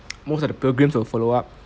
most of the pilgrims will follow up